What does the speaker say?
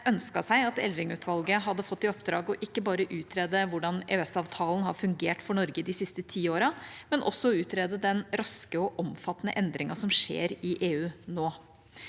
ønsket seg at Eldring-utvalget hadde fått i oppdrag ikke bare å utrede hvordan EØS-avtalen har fungert for Norge de siste ti årene, men også å utrede den raske og omfattende endringen som skjer i EU nå,